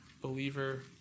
believer